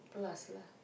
plus lah